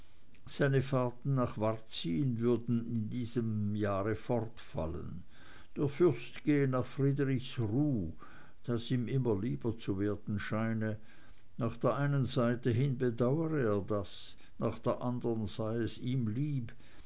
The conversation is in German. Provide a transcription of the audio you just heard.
seine fahrten nach varzin würden in diesem jahre fortfallen der fürst gehe nach friedrichsruh das ihm immer lieber zu werden scheine nach der einen seite hin bedauere er das nach der anderen sei es ihm lieb